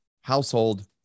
household